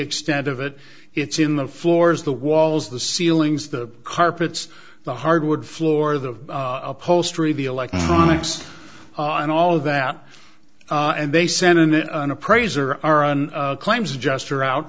extent of it it's in the floors the walls the ceilings the carpets the hardwood floor the upholstery the electronics and all that and they sent in an appraiser are on claims adjustor out